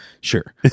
Sure